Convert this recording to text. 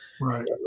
Right